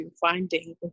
finding